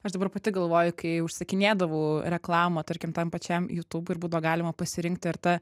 aš dabar pati galvoju kai užsiskinėdavau reklamą tarkim tam pačiam youtube ir būdavo galima pasirinkti ir ta